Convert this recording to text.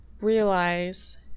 realize